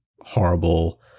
horrible